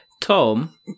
Tom